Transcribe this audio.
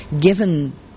Given